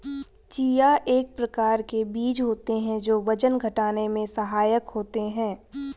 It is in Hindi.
चिया एक प्रकार के बीज होते हैं जो वजन घटाने में सहायक होते हैं